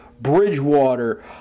Bridgewater